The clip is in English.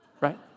right